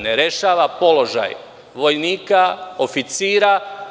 Ne rešava položaj vojnika, oficira.